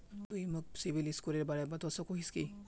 तुई मोक सिबिल स्कोरेर बारे बतवा सकोहिस कि?